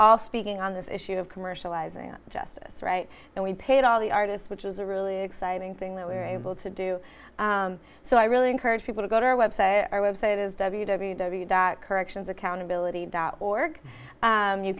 all speaking on this issue of commercializing justice right now we paid all the artists which is a really exciting thing that we're able to do so i really encourage people to go to our website our website is w w w dot corrections accountability dot org and you